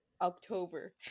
October